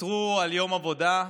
ויתרו על יום עבודה,